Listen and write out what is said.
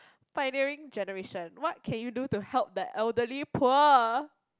pioneering generation what can you do to help that elderly poor